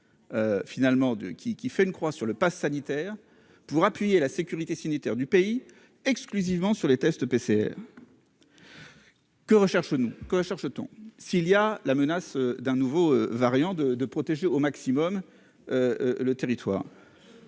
qui fait une croix sur le Pass sanitaire pour appuyer la sécurité sanitaire du pays exclusivement sur les tests PCR. Que recherche nous que cherche-t-on s'il y a la menace d'un nouveau variant de, de protéger au maximum le territoire.